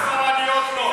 רק בנות ספרדיות לא.